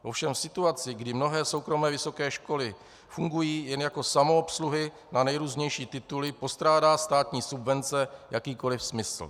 Ovšem v situaci, kdy mnohé soukromé vysoké školy fungují jen jako samoobsluhy na nejrůznější tituly, postrádá státní subvence jakýkoli smysl.